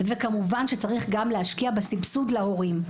וכמובן שצריך גם להשקיע בסבסוד להורים.